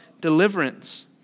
deliverance